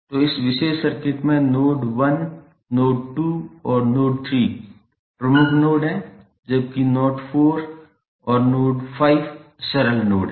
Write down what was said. तो इस विशेष सर्किट में नोड 1 नोड 2 और नोड 3 प्रमुख नोड हैं जबकि नोड 4 और नोड 5 सरल नोड हैं